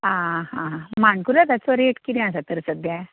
आं हां मानकुरादाचो रेट कितें आसा तर सद्याक